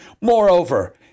Moreover